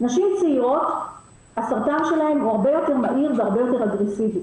הסרטן של נשים צעירות הרבה יותר מהיר והרבה יותר אגרסיבי